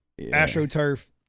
AstroTurf